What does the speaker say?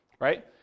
right